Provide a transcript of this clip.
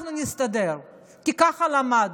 אנחנו נסתדר, כי ככה למדנו,